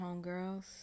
homegirls